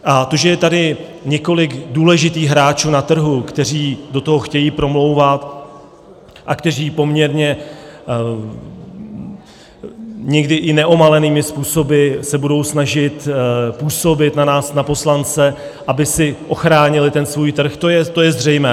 A to, že je tady několik důležitých hráčů na trhu, kteří do toho chtějí promlouvat a kteří poměrně někdy i neomalenými způsoby se budou snažit působit na nás, na poslance, aby si ochránili svůj trh, to je zřejmé.